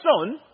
son